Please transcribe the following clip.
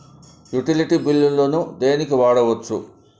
Utility బిల్లులను దేనికి వాడొచ్చు?